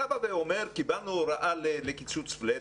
אתה אומר קיבלנו הוראה לקיצוץ פלט,